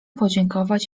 podziękować